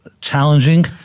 challenging